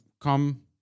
come